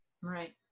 Right